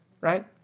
right